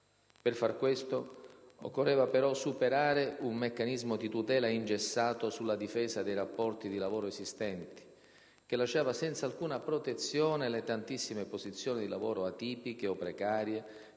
Per far questo occorreva però superare un meccanismo di tutela ingessato sulla difesa dei rapporti di lavoro esistenti, che lasciava senza alcuna protezione le tantissime posizioni di lavoro atipiche o precarie